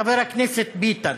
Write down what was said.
חבר הכנסת ביטן,